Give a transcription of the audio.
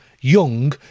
young